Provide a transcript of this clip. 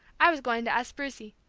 i was going to ask brucie.